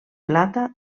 plata